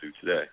today